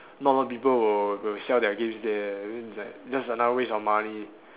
not a lot of people will will sell their games there then it's like just another waste of money